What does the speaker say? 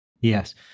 Yes